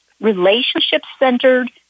relationship-centered